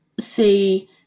see